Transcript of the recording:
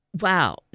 Wow